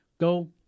Go